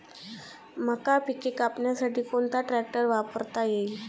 मका पिके कापण्यासाठी कोणता ट्रॅक्टर वापरता येईल?